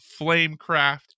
flamecraft